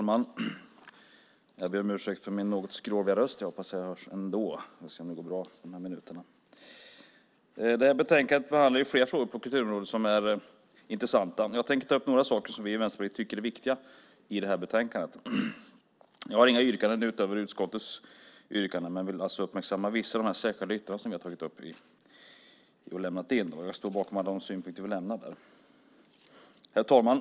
Herr talman! I detta betänkande behandlas flera intressanta frågor på kulturområdet. Jag tänker ta upp några saker som vi i Vänsterpartiet tycker är viktiga i detta betänkande. Jag har inga yrkanden utöver utskottets, men jag vill uppmärksamma vissa av våra särskilda yttranden, och jag står bakom alla synpunkter som vi har där. Herr talman!